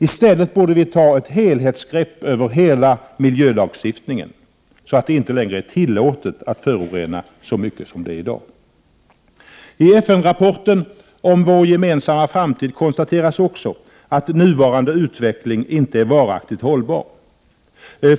I stället borde vi ta ett helhetsgrepp över hela miljölagstiftningen, så att det inte längre blir tillåtet att förorena lika mycket som i dag. I FN-rapporten Vår gemensamma framtid konstateras också att nuvarande utveckling inte är varaktigt hållbar.